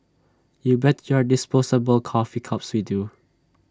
you bet your disposable coffee cups we do